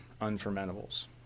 unfermentables